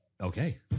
Okay